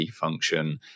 function